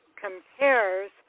compares